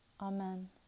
amen